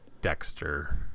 Dexter